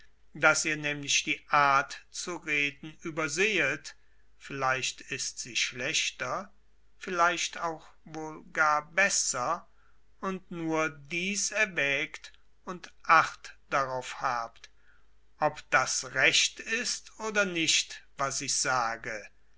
daß ihr nämlich die art zu reden übersehet vielleicht ist sie schlechter vielleicht auch wohl gar besser und nur dies erwägt und acht darauf habt ob das recht ist oder nicht was ich sage